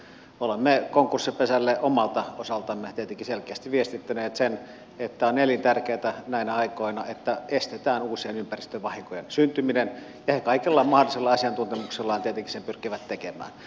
olemme konkurssipesälle omalta osaltamme tietenkin selkeästi viestittäneet sen että on elintärkeätä näinä aikoina että estetään uusien ympäristövahinkojen syntyminen ja he kaikella mahdollisella asiantuntemuksellaan tietenkin sen pyrkivät tekemään